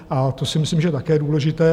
A to si myslím, že je také důležité.